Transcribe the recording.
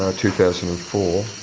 ah two thousand and